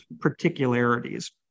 particularities